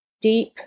deep